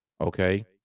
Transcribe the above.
okay